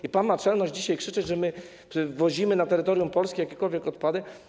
I pan ma czelność dzisiaj krzyczeć, że my wwozimy na terytorium Polski jakiekolwiek odpady?